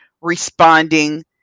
responding